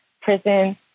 prison